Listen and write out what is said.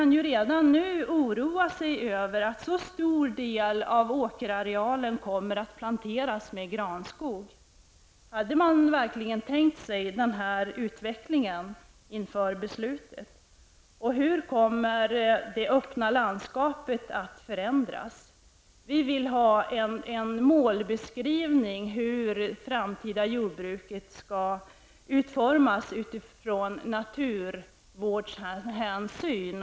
Man kan redan nu oroa sig över att så stor del av åkerarealen kommer att planteras med granskog. Hade man verkligen tänkt sig denna utveckling inför beslutet? Hur kommer vidare det öppna landskapet att förändras? Vi vill ha en målbeskrivning av hur det framtida jordbruket skall utformas utifrån naturvårdshänsyn.